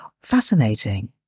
fascinating